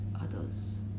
others